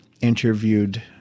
interviewed